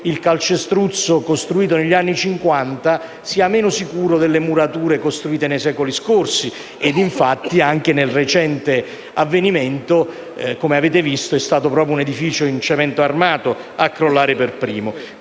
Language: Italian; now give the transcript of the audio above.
il calcestruzzo utilizzato negli anni Cinquanta sia meno sicuro delle murature utilizzate nei secoli scorsi. Infatti, anche nel recente avvenimento, come avete visto, è stato proprio un edificio in cemento armato a crollare per primo.